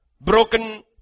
broken